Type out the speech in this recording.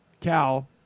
Cal